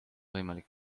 võimalik